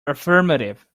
affirmative